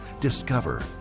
Discover